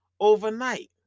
overnight